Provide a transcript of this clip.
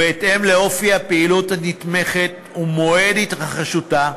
בהתאם לאופי הפעילות הנתמכת ומועד התרחשותה.